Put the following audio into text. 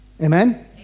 Amen